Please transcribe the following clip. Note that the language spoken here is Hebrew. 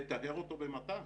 לטהר אותו במט"ש.